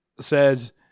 says